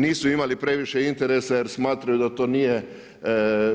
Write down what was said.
Nisu imali previše interesa jer smatraju da to nije